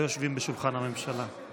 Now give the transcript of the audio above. לא יושבים בשולחן הממשלה.